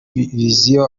vision